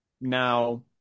Now